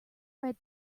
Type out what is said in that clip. red